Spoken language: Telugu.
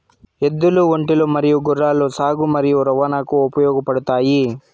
ఎద్దులు, ఒంటెలు మరియు గుర్రాలు సాగు మరియు రవాణాకు ఉపయోగపడుతాయి